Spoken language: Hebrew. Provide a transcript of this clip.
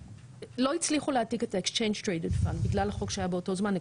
לא הצליחו להעתיק את ה-exchange traded fund בגלל החוק שהיה באותו זמן,